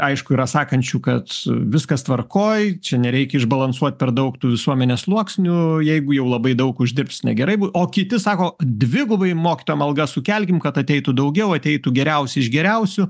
aišku yra sakančių kad viskas tvarkoj čia nereik išbalansuot per daug tų visuomenės sluoksnių jeigu jau labai daug uždirbs negerai bus o kiti sako dvigubai mokytojam algas sukelkim kad ateitų daugiau ateitų geriausi iš geriausių